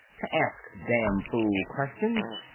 to ask damn fool questions